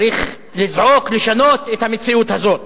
צריך לזעוק, לשנות את המציאות הזאת.